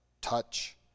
touch